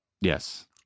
yes